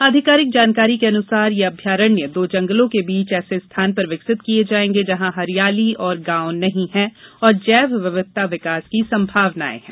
आधिकारिक जानकारी के अनुसार यह अभयारण्य दो जंगलों के बीच ऐसे स्थान पर विकसित किये जाएंगे जहाँ हरियाली और गाँव नहीं हैं और जैव विविधता विकास की संभावनाएँ हैं